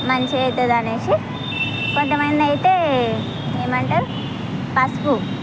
మంచిగా అవుతుందనేసి కొంతమంది అయితే ఏమంటారు పసుపు